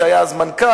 שהיה אז מנכ"ל,